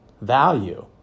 value